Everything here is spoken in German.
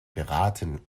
beraten